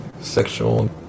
sexual